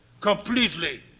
completely